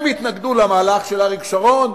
הם התנגדו למהלך של אריק שרון.